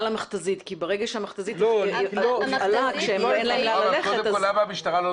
שוטרי מג"ב שכל אחד כנראה כפול מהמשקל שלי לפחות,